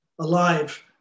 alive